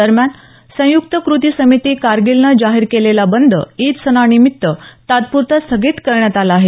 दरम्यान संयुक्त कृती समिती कारगीलनं जाहीर केलेला बंद ईद सणा निमित्त तात्पुरता स्थगित करण्यात आला आहे